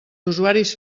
usuaris